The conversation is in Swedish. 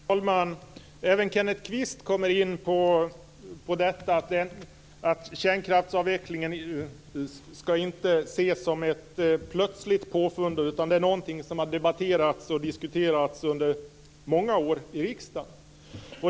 Herr talman! Även Kenneth Kvist kommer in på detta att kärnkraftsavvecklingen inte skall ses som ett plötsligt påfund utan att det är något som har diskuterats och debatterats under många år i riksdagen.